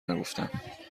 نگفتم